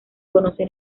conoce